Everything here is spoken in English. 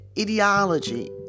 ideology